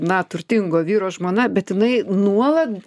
na turtingo vyro žmona bet jinai nuolat